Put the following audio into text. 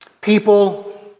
People